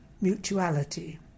mutuality